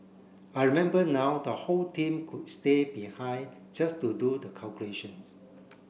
I remember now the whole team would stay behind just to do the calculations